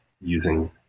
using